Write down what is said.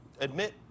admit